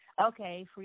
Okay